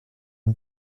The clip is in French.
une